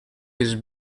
his